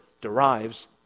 derives